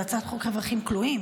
זו הצעת חוק רווחים כלואים?